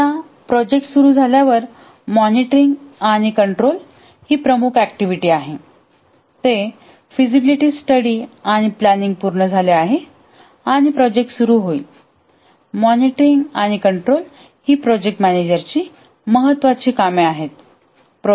एकदा प्रोजेक्ट सुरू झाल्यावर मॉनिटरिंग आणि कंट्रोल ही प्रमुख ऍक्टिव्हिटी आहे ते फिजीबिलिटी स्टडी आहे आणि प्लॅनिंग पूर्ण झाले आहे आणि प्रोजेक्ट सुरू होईल मॉनिटरिंग आणि कंट्रोल ही प्रोजेक्ट मॅनेजरचीमहत्वाची कामे आहेत